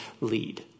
lead